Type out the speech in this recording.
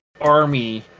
army